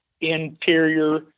interior